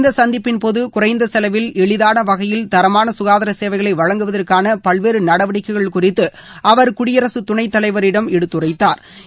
இந்த சந்திப்பின் போது குறைந்த செலவில் எளிதான வகையில் தரமான சுகாதார சேலைகளை வழங்குவதற்னன பல்வேறு நடவடிக்கைகள் குறித்து அவர் குடியரசுத் துணைத்தலைவரிடம் எடுத்துரைத்தாா்